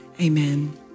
Amen